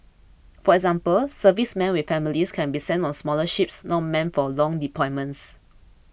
for example servicemen with families can be sent on smaller ships not meant for long deployments